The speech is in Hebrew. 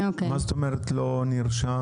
מה זאת אומרת לא נרשם?